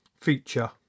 feature